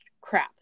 crap